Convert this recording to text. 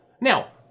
Now